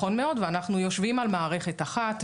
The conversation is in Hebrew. ואנחנו יושבים על מערכת אחת,